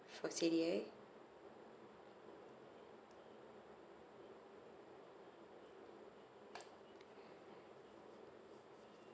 for C D A